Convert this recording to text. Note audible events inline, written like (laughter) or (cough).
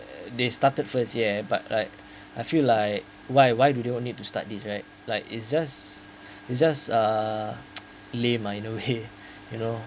they started first ya but like I feel like why why do they all need to start this right like it's just it's just uh (noise) lame uh in a way you know